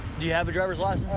do you have a driver's license?